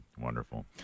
Wonderful